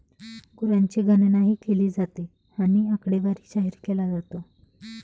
गुरांची गणनाही केली जाते आणि आकडेवारी जाहीर केला जातो